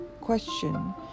question